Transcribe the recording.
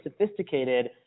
sophisticated